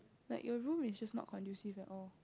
like your room is just not conducive at all